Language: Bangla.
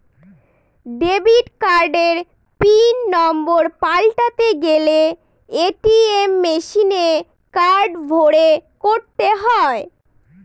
ডেবিট কার্ডের পিন নম্বর পাল্টাতে গেলে এ.টি.এম মেশিনে কার্ড ভোরে করতে হয়